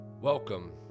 welcome